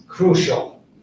crucial